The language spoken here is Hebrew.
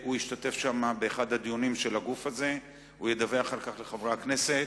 הוא השתתף שם באחד הדיונים של הגוף הזה והוא ידווח על כך לחברי הכנסת.